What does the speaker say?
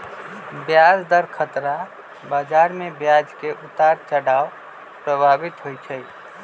ब्याज दर खतरा बजार में ब्याज के उतार चढ़ाव प्रभावित होइ छइ